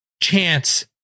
chance